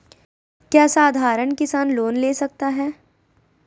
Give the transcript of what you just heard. क्या साधरण किसान लोन ले सकता है?